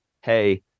hey